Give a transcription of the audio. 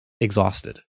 exhausted